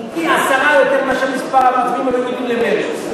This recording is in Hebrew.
פי-עשרה ממספר המצביעים הלא-יהודים למרצ.